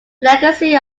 legacy